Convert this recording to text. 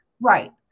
Right